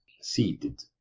seated